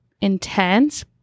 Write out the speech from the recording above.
intense